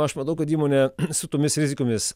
aš manau kad įmonė su tomis rizikomis